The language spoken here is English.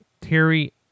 Terry